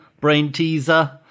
brain-teaser